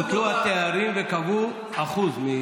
בוטלו התארים וקבעו אחוז.